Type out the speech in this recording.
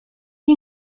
gli